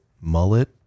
Mullet